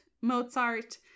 Mozart